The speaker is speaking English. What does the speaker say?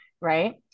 Right